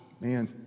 man